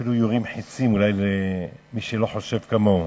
שאפילו יורים חצים אולי במי שלא חושב כמוהו.